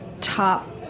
top